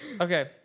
Okay